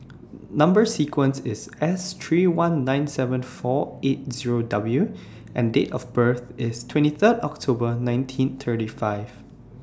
Number sequence IS S three one nine seven four eight Zero W and Date of birth IS twenty Third October nineteen thirty five